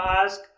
ask